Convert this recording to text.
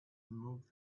removed